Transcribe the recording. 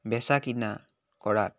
বেচা কিনা কৰাত